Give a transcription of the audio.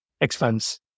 expense